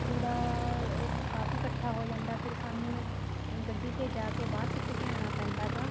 ਕੂੜਾ ਕਾਫੀ ਇਕੱਠਾ ਹੋ ਜਾਂਦਾ ਫਿਰ ਸਾਨੂੰ ਗੱਡੀ 'ਤੇ ਜਾ ਕੇ ਬਾਹਰ ਸਿੱਟ ਕੇ ਆਉਣਾ ਪੈਂਦਾ ਗਾ